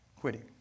quitting